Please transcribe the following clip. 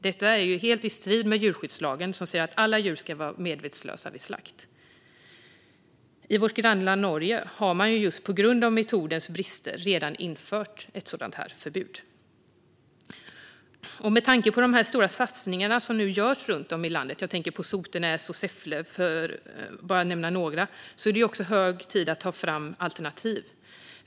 Detta är helt i strid med djurskyddslagen, som säger att alla djur ska vara medvetslösa vid slakt. I vårt grannland Norge har man just på grund av metodens brister redan infört ett sådant här förbud. Med tanke på de stora satsningar som görs runt om i landet - jag tänker på Sotenäs och Säffle, för att bara nämna några - är det också hög tid att ta fram alternativ.